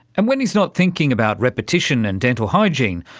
and when he's not thinking about repetition and dental hygiene,